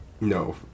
No